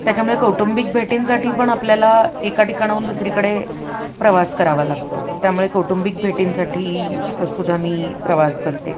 त्याच्यामुळे कौटुंबिक भेटींसाठी पण आपल्याला एका ठिकाणाहून दुसरीकडे प्रवास करावा लागतो त्यामुळे कौटुंबिक भेटींसाठी सुद्धा मी प्रवास करते